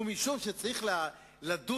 ומשום שצריך לדון,